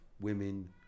women